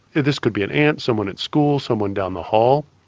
this could be an aunt, someone at school, someone down the hall,